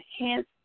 enhance